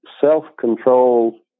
self-control